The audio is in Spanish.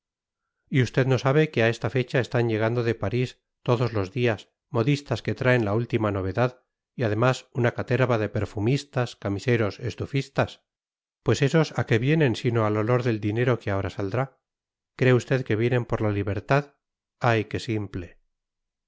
y usted no sabe que a esta fecha están llegando de parís todos los días modistas que traen la última novedad y además una caterva de perfumistas camiseros estufistas pues esos a qué vienen sino al olor del dinero que ahora saldrá cree usted que vienen por la libertad ay qué simple